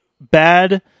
bad